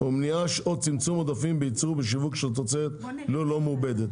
או מניעה או צמצום עודפים בייצור ושיווק של תוצרת לול לא מעובדת,